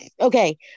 Okay